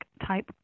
type